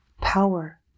power